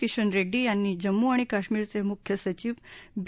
किशन रेङ्डी यांनी जम्मू आणि काश्मिरचे मुख्य सचिव बी